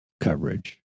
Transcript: coverage